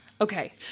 Okay